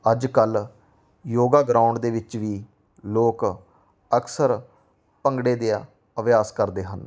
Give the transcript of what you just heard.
ਅੱਜ ਕੱਲ੍ਹ ਯੋਗਾ ਗਰਾਊਂਡ ਦੇ ਵਿੱਚ ਵੀ ਲੋਕ ਅਕਸਰ ਭੰਗੜੇ ਦੇ ਅਭਿਆਸ ਕਰਦੇ ਹਨ